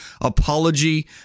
apology